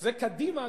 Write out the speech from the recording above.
כשזה קדימה,